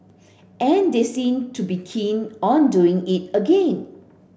and they seem to be keen on doing it again